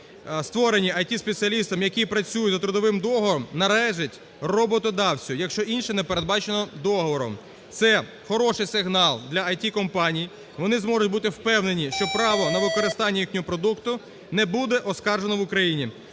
створені ІТ-спеціалістом, який працює за трудовим договором, належить роботодавцю, якщо інше не передбачено договором. Це хороший сигнал дляIT-компаній. Вони зможуть бути впевнені, що право на використання їхнього продукту не буде оскаржено в Україні.